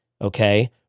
Okay